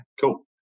cool